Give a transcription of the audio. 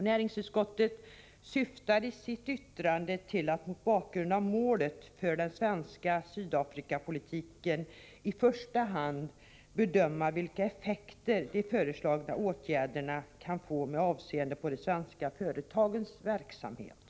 Näringsutskottet syftar i sitt yttrande till att, med tanke på målet för den svenska Sydafrikapolitiken, i första hand bedöma vilka effekter de föreslagna åtgärderna kan få för de svenska företagens verksamhet.